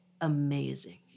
amazing